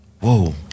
Whoa